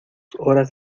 horas